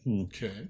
Okay